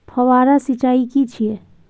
फव्वारा सिंचाई की छिये?